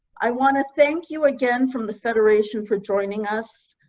i want to thank you again from the federation for joining us.